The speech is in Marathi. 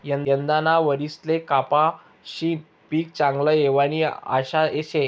यंदाना वरीसले कपाशीनं पीक चांगलं येवानी आशा शे